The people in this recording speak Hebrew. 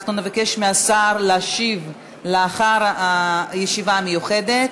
אנחנו נבקש מהשר להשיב לאחר הישיבה המיוחדת,